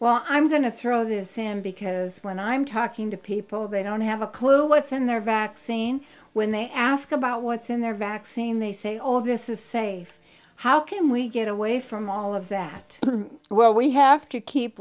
well i'm going to throw this in because when i'm talking to people they don't have a clue what's in their vaccine when they ask about what's in their vaccine they say all of this is safe how can we get away from all of that well we have to keep